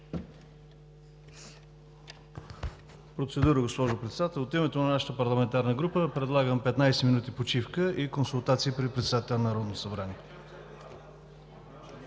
думата за процедура. От името на нашата парламентарна група предлагам 15 минути почивка и консултации при председателя на Народното събрание.